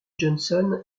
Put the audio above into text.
johnson